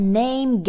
name